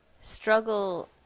struggle